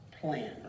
plan